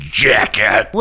jacket